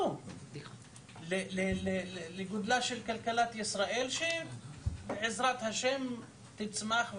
כלום לגודלה של כלכלת ישראל, שבעזרת ה', תצמח.